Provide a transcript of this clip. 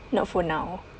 not for now